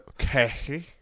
Okay